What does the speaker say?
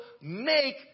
make